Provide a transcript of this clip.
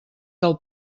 del